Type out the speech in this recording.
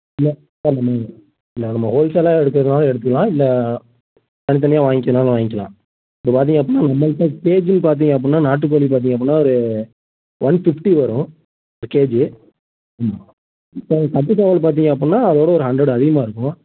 இல்லை இல்லை நம்ம ஹோல்சேலா எடுக்கறதுனாலும் எடுத்துக்கலாம் இல்லை தனி தனியாக வாய்ங்க்கினாலும் வாய்ங்க்கலாம் இப்போ பார்த்திங்க அப்புடின்னா நம்மள்கிட்ட கேஜி பார்த்திங்க அப்புடின்னா நாட்டுக் கோழி பார்த்திங்க அப்புடின்னா ஒரு ஒன் ஃபிஃப்ட்டி வரும் பர் கேஜி ம் இப்போ கட்டு சேவல் பார்த்திங்க அப்புடின்னா அதை விட ஒரு ஹண்ட்ரேடு அதிகமாக இருக்கும்